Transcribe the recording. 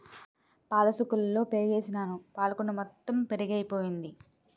పాలసుక్కలలో పెరుగుసుకేసినాను పాలకుండ మొత్తెము పెరుగైపోయింది